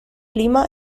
lima